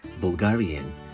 Bulgarian